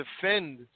Defend